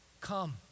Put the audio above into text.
Come